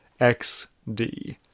XD